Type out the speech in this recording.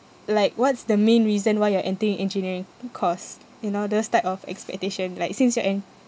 like what's the main reason why you are entering engineering course you know those type of expectation like since you're in